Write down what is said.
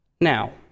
Now